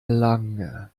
lange